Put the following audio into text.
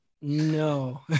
No